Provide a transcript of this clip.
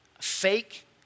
fake